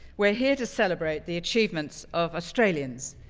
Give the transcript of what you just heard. we're here to celebrate the achievements of australians,